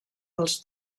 dels